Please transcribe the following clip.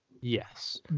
Yes